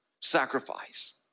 sacrifice